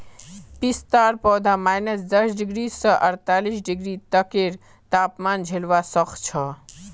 पिस्तार पौधा माइनस दस डिग्री स अड़तालीस डिग्री तकेर तापमान झेलवा सख छ